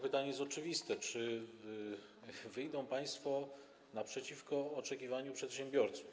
Pytanie jest oczywiste: Czy wyjdą państwo naprzeciwko oczekiwaniu przedsiębiorców?